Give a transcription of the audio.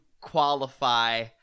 qualify